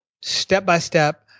step-by-step